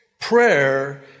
prayer